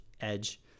edge